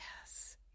yes